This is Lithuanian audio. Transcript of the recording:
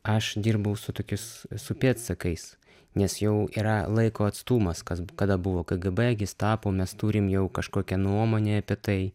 aš dirbau su tokius su pėdsakais nes jau yra laiko atstumas kas kada buvo kgb gestapo mes turim jau kažkokią nuomonę apie tai